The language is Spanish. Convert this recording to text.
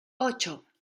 ocho